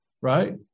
Right